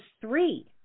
three